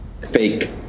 fake